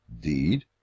deed